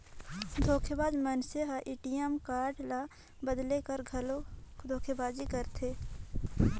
धोखेबाज मइनसे हर ए.टी.एम कारड ल बलेद कर घलो धोखेबाजी करथे